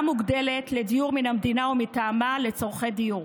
מוגדלת לדיור מן המדינה או מטעמה לצורכי דיור.